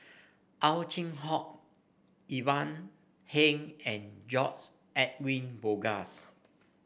Ow Chin Hock Ivan Heng and George Edwin Bogaars